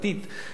רוסית,